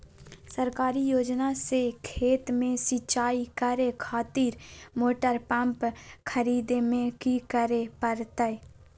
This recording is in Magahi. सरकारी योजना से खेत में सिंचाई करे खातिर मोटर पंप खरीदे में की करे परतय?